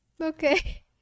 Okay